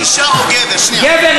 אני שואל אישה וגבר,